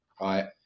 Right